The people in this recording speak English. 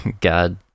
God